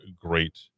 great